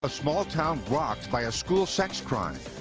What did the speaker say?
a small town rocked by a school sex crime.